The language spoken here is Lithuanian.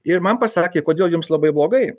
ir man pasakė kodėl jums labai blogai